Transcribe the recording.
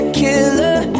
killer